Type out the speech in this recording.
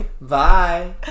Bye